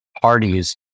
parties